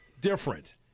different